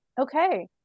okay